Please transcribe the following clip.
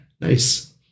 Nice